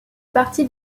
parti